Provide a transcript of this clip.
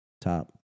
top